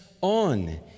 on